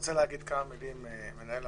ומנהל הוועדה.